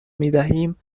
میدهیم